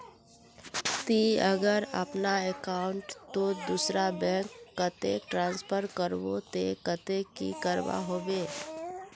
ती अगर अपना अकाउंट तोत दूसरा बैंक कतेक ट्रांसफर करबो ते कतेक की करवा होबे बे?